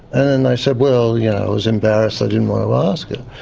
and then they said, well, you know, i was embarrassed they didn't want to ask it.